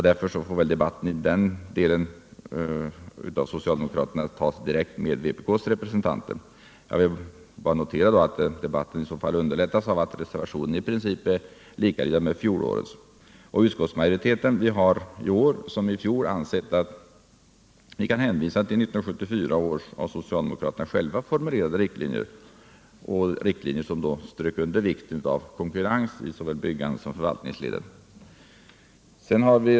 Debatten i den här delen får därför socialdemokraterna ta direkt med vpk:s representanter. Jag vill bara notera att den debatten i så fall underlättas av att reservationen i princip är likalydande med fjolårets. Utskottsmajoriteten har i år som i fjol ansett sig kunna hänvisa till 1974 års av socialdemokraterna själva formulerade riktlinjer — riktlinjer som stryker under vikten av konkurrens i såväl byggledet som förvaltningsledet.